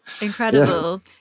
Incredible